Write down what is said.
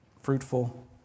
fruitful